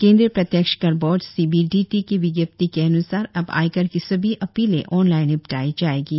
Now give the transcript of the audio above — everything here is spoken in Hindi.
केंद्रीय प्रत्यक्ष कर बोर्ड सीबीडीटी की विज्ञप्ति के अन्सार अब आयकर की सभी अपीलें ऑनलाइन निपटाई जाएंगी